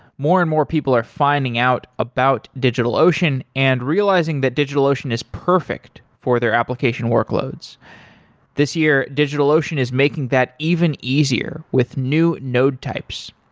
more and more people are finding out about digitalocean and realizing that digitalocean is perfect for their application workloads this year, digitalocean is making that even easier with new node types.